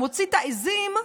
הוא מוציא את העיזים,